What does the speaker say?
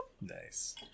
Nice